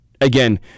again